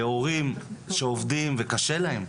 להורים שעובדים וקשה להם,